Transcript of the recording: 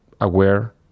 aware